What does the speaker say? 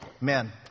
Men